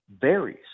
varies